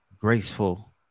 graceful